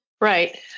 Right